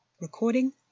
Recording